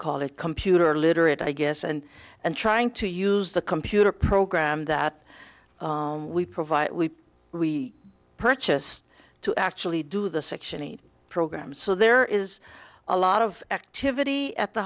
call it computer literate i guess and and trying to use the computer program that we provide we purchased to actually do the section eight program so there is a lot of activity at the